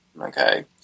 okay